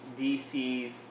DC's